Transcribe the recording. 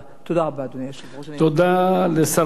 תודה לשרת התרבות והספורט,